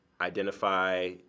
identify